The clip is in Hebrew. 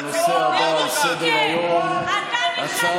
והוא שיקר?